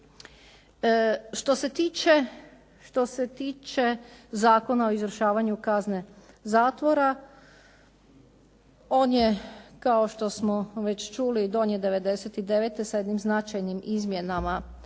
Što se tiče Zakona o izvršavanju kazne zatvora, on je kao što smo već čuli donijet '99. sa jednim značajnim izmjenama